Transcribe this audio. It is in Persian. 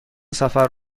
سفر